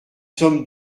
sommes